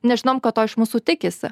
nes žinom kad to iš mūsų tikisi